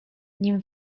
nim